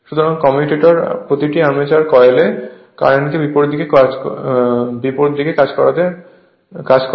সুতরাং কমিউটার প্রতিটি আর্মেচার কয়েলে কারেন্টকে বিপরীত করতে কাজ করে